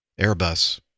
Airbus